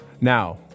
Now